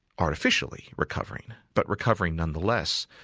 artificially recovering, but recovering nonetheless,